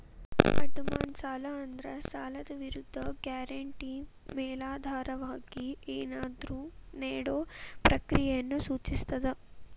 ಅಡಮಾನ ಸಾಲ ಅಂದ್ರ ಸಾಲದ್ ವಿರುದ್ಧ ಗ್ಯಾರಂಟಿ ಮೇಲಾಧಾರವಾಗಿ ಏನಾದ್ರೂ ನೇಡೊ ಪ್ರಕ್ರಿಯೆಯನ್ನ ಸೂಚಿಸ್ತದ